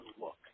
look